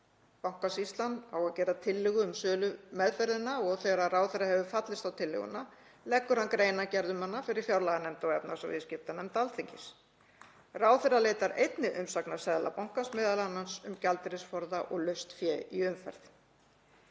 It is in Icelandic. Bankasýslan á að gera tillögu um sölumeðferðina og þegar ráðherra hefur fallist á tillöguna leggur hann greinargerð um hana fyrir fjárlaganefnd og efnahags- og viðskiptanefnd Alþingis. Ráðherra leitar einnig umsagnar Seðlabankans, m.a. um gjaldeyrisforða og laust fé í umferð.